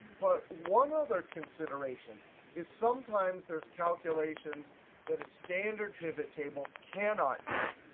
but one other consideration is sometimes there's calculations that a standard pivot table cannot do.